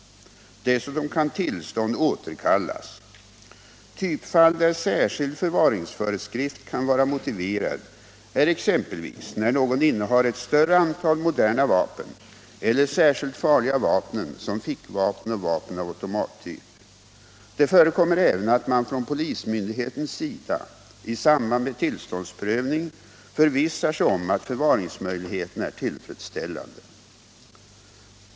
Dessutom kan tillstånd återkallas. Typfall där särskild förvaringsföreskrift kan vara motiverad är exempelvis när någon innehar ett större antal moderna vapen eller särskilt farliga vapen som fickvapen och vapen av automattyp. Det förekommer även att man från polismyndighetens sida i samband med tillståndsprövning förvissar sig om att förvaringsmöjligheterna är tillfredsställande.